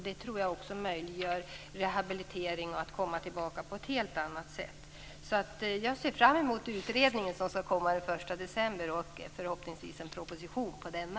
Det tror jag också möjliggör rehabilitering och att de intagna kan komma tillbaka på ett helt annat sätt. Jag ser fram emot den utredning som skall komma den 1 december. Förhoppningsvis kommer det en proposition på denna.